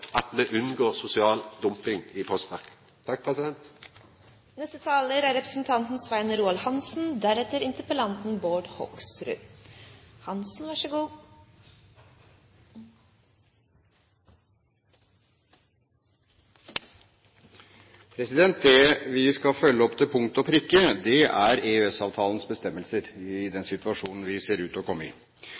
at faglege rettar til dei tilsette blir varetekne, og me kan sørgja for at me unngår sosial dumping i postverket. Det vi skal følge opp til punkt og prikke, er EØS-avtalens bestemmelser i den situasjonen vi ser ut til å komme i.